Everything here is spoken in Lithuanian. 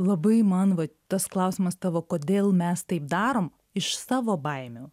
labai man va tas klausimas tavo kodėl mes taip darom iš savo baimių